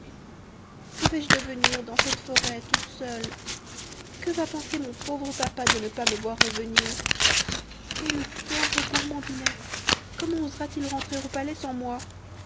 que vais-je devenir dans cette forêt toute seule que va penser mon pauvre papa de ne pas me voir revenir et le pauvre gourmandinet comment osera t il rentrer au palais sans moi